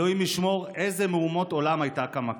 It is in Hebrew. אלוהים ישמור איזו מהומות עולם הייתה קמה כאן.